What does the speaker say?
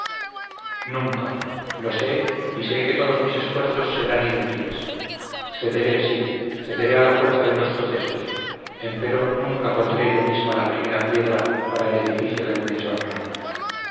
nunca lo sé y sé que todos mis esfuerzos serán inútiles cederé sí cederé a la fuerza de los sucesos empero nunca pondré yo misma la primera piedra para el edificio de mi deshonra